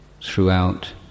throughout